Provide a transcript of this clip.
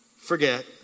forget